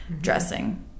dressing